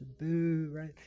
right